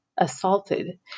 Assaulted